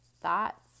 thoughts